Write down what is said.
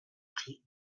pris